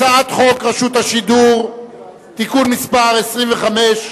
הצעת חוק רשות השידור (תיקון מס' 25),